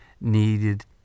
needed